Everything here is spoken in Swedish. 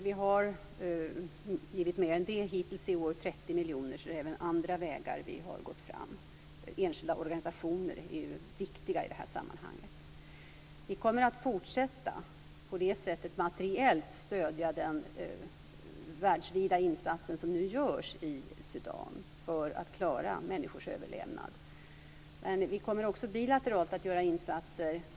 Vi har dock givit mer än så; hittills i år handlar det om 30 miljoner. Vi har alltså gått fram även längs andra vägar. Enskilda organisationer är viktiga i det här sammanhanget. Vi kommer att fortsätta att på detta sätt materiellt stödja den världsvida insats som nu görs i Sudan för att klara människors överlevnad. Men vi kommer också att göra insatser bilateralt.